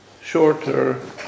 shorter